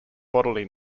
bodily